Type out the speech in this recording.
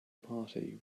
party